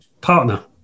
partner